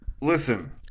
listen